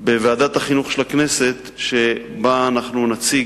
מאוד בוועדת החינוך של הכנסת, שבה אנחנו נציג